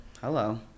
Hello